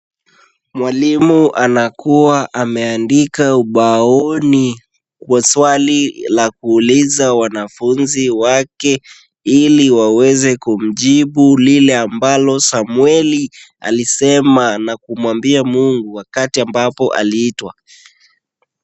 Mwalimu anakuwa ameandika ubaoni maswali la kuuliza wanafunzi wake, ili waweze kumjibu lile ambalo Samueli alisema na kumwambia Mungu wakati ambapo aliitwa.